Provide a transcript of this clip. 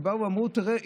ובאו ואמרו: תראה,